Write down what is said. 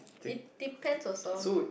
it depend also